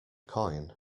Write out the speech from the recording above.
coin